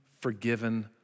forgiven